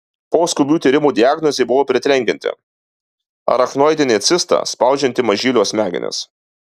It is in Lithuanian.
po skubių tyrimų diagnozė buvo pritrenkianti arachnoidinė cista spaudžianti mažylio smegenis